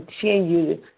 continue